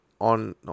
on